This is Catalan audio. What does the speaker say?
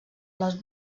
les